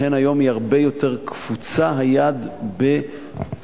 לכן היום הרבה יותר קפוצה היד בפתיחת